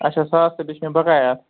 اَچھا ساس رۄپیہِ چھُ مےٚ بَقایا